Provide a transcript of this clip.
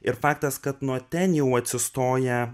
ir faktas kad nuo ten jų atsistoja